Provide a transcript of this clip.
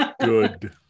Good